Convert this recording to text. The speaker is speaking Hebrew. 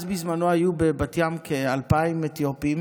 אז בזמנו היו בבת ים כ-2,000 אתיופים,